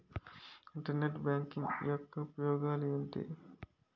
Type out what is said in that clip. Internet banking యెక్క ఉపయోగాలు ఎంటి?